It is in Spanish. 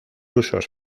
usos